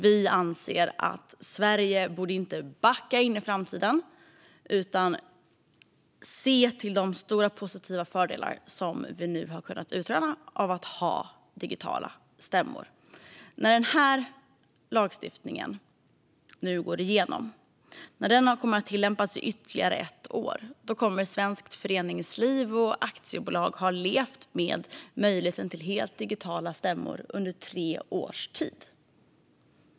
Vi anser att Sverige inte borde backa in i framtiden utan se till de stora positiva fördelar som vi har kunnat utröna av att ha digitala stämmor. När denna lagstiftning nu går igenom och när den kommer att ha tillämpats i ytterligare ett år kommer svenskt föreningsliv och aktiebolag att ha levt med möjligheten till helt digitala stämmor under tre års tid.